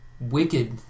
wicked